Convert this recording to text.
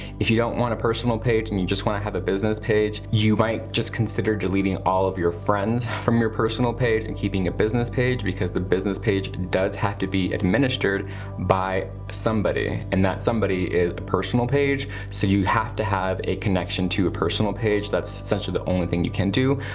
if you don't want a personal page, and you just wanna have a business page, you might just consider deleting all of your friends from your personal page and keeping a business page because the business page does have to be administered by somebody and that somebody is a personal page. so you have to have a connection to a personal page, that's essentially the only thing you can do,